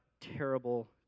terrible